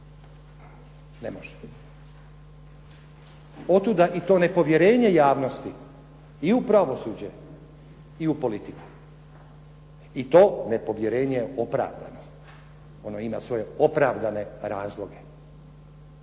Ne može. Od tuda i to nepovjerenje javnosti i u pravosuđe i u politiku. I to nepovjerenje je opravdano. Ono ima svoje opravdanje razloge.